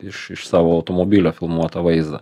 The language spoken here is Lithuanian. iš iš savo automobilio filmuotą vaizdą